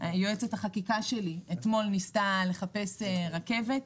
יועצת החקיקה שלי ניסתה אתמול לחפש רכבת.